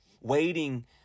Waiting